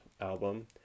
album